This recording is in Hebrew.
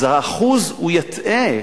אז האחוז יטעה,